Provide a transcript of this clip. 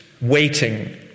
waiting